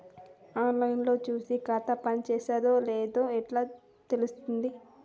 On line లో చూసి ఖాతా పనిచేత్తందో చేత్తలేదో ఎట్లా తెలుత్తది?